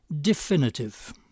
Definitive